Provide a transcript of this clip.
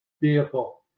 vehicle